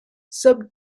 sub